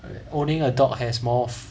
owning a dog has more fu~